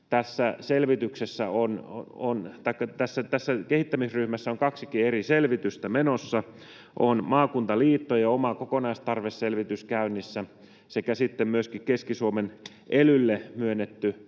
Tässä kehittämisryhmässä on kaksikin eri selvitystä menossa. On käynnissä maakuntaliittojen oma kokonaistarveselvitys, sekä myöskin Keski-Suomen elylle on myönnetty